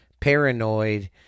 paranoid